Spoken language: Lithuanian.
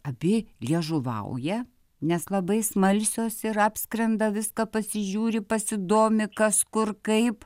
abi liežuvauja nes labai smalsios ir apskrenda viską pasižiūri pasidomi kas kur kaip